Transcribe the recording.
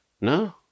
No